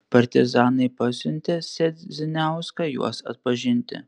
partizanai pasiuntė sedziniauską juos atpažinti